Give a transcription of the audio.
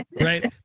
right